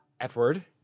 Edward